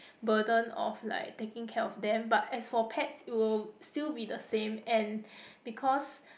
burden of like taking care of them but as for pets it will still be the same and because